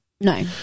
no